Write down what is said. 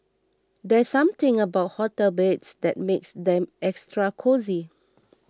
there's something about hotel beds that makes them extra cosy